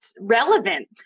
relevant